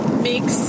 Mix